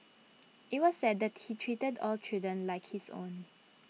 IT was said that he treated all children like his own